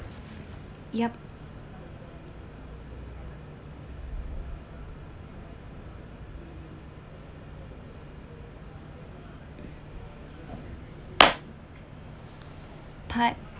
yup part